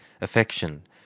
affection